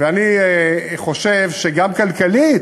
ואני חושב שגם כלכלית,